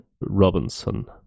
Robinson